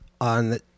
on